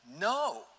no